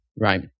Right